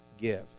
give